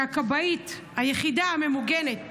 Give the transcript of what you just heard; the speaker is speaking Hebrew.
שהכבאית היחידה הממוגנת